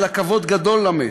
אלא כבוד גדול למת.